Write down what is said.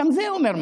גם זה אומר משהו.